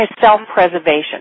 self-preservation